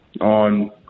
on